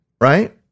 right